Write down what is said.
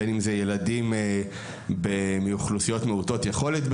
בין אם זה ילדים מאוכלוסיות מעוטות יכולת,